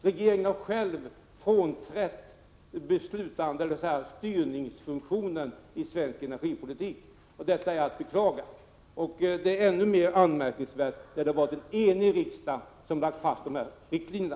Regeringen har själv frånträtt styrningsfunktionen i svensk energipolitik, och det är att beklaga. Detta är ännu mer anmärkningsvärt eftersom det varit en enig riksdag som lagt fast riktlinjerna.